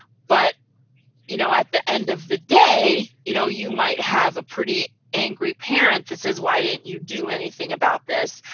but you know at the end of the day, you know you might have a pretty angry parent that says why didn't you do anything about this.